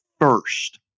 first